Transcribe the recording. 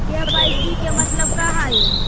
KYC के मतलब का हई?